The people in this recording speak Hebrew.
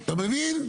אתה מבין?